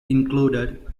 included